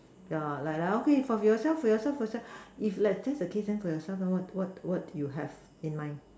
ya like like okay for yourself for yourself yourself if like that's the case for yourself then then what do you have in mind